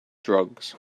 drugs